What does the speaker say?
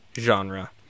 genre